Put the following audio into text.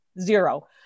zero